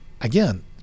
Again